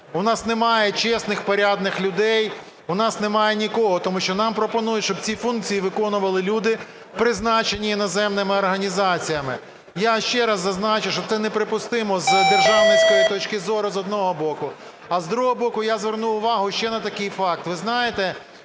у нас немає чесних, порядних людей, у нас немає нікого, тому що нам пропонують, щоб ці функції виконували люди, призначені іноземними організаціями. Я ще раз зазначу, що це неприпустимо з державницької точки зору, з одного боку. А з другого боку, я звернув увагу ще на такий факт.